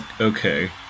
Okay